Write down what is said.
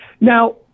Now